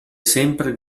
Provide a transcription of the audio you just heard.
sempre